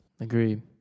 Agreed